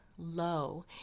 low